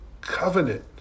covenant